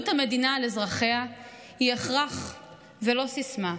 המדינה לאזרחיה היא הכרח ולא סיסמה,